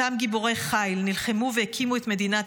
אותם גיבורי חיל נלחמו והקימו את מדינת